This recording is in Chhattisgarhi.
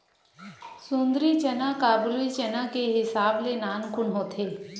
सुंदरी चना काबुली चना के हिसाब ले नानकुन होथे